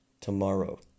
tomorrow